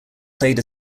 played